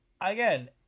Again